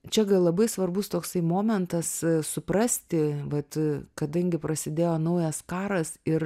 čia gal labai svarbus toksai momentas suprasti vat kadangi prasidėjo naujas karas ir